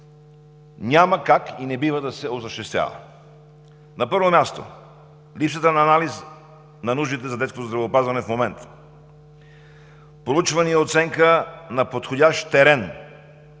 няма как и не бива да се осъществява. На първо място: липсата на анализ за нуждите на детското здравеопазване в момента; проучване и оценка на подходящ терен;